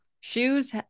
shoes